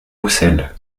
roussel